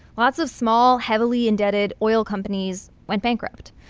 lots of small, heavily indebted oil companies went bankrupt.